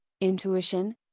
intuition